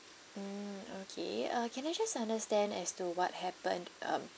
mm okay uh can I just understand as to what happened um